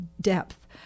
depth